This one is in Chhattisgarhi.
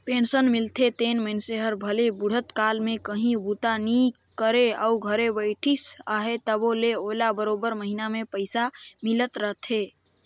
पेंसन मिलथे तेन मइनसे हर भले बुढ़त काल में काहीं बूता नी करे अउ घरे बइठिस अहे तबो ले ओला बरोबेर महिना में पइसा मिलत रहथे